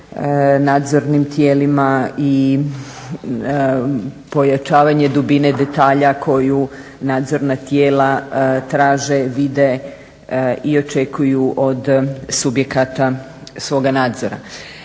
nadzornim tijelima i pojačavanje dubine detalja koju nadzorna tijela traže, vide i očekuju od subjekata svoga nadzora.